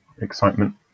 excitement